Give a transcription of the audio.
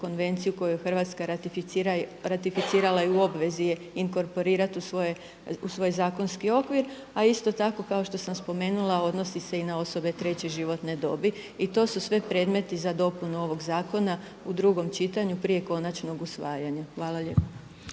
konvenciju koju je Hrvatska ratificirala i u obvezi je inkorporirati u svoj zakonski okvir. A isto tako kao što sam spomenula odnosi se i na osobe treće životne dobi i to su sve predmeti za dopunu ovog zakona u drugom čitanju prije konačnog usvajanja. Hvala lijepa.